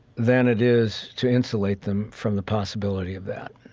than it is to insulate them from the possibility of that.